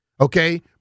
Okay